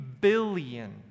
billion